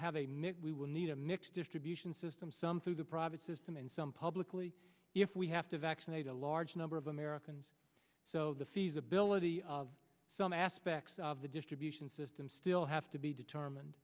have a new we will need a mix distribution system some through the private system and some publicly if we have to vaccinate a large number of americans so the feasibility of some aspects of the distribution system still have to be determined